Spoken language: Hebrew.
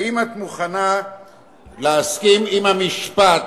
האם את מוכנה להסכים למשפט,